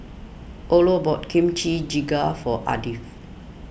Orlo bought Kimchi Jjigae for Ardith